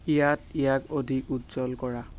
ইয়াত ইয়াক অধিক উজ্জ্বল কৰা